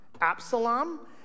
Absalom